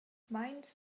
meins